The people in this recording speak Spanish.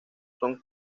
son